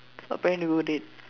I planning to go date